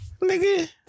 Nigga